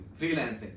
freelancing